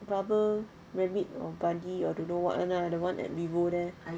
rubber rabbit or bunny or don't know what [one] lah the one at vivo there